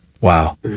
wow